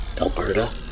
Alberta